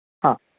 ꯍꯥ